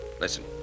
Listen